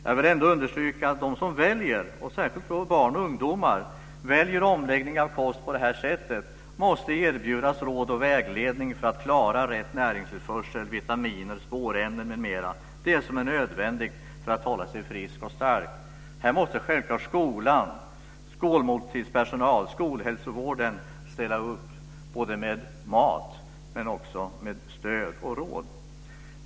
Jag vill ändå understryka att de som väljer omläggning av kost på det sättet, särskilt barn och ungdomar, måste erbjudas råd och vägledning för att klara rätt näringstillförsel, vitaminer, spårämnen m.m. - det som är nödvändigt för att hålla sig frisk och stark. Här måste självklart skolan, skolmåltidspersonal och skolhälsovården ställa upp med mat men också med stöd och råd.